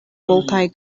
multaj